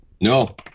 No